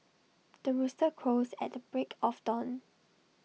the rooster crows at the break of dawn